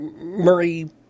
Murray